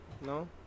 no